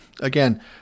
Again